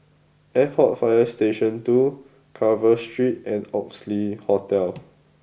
Arport Fire Station Two Carver Street and Oxley Hotel